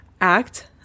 act